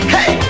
Hey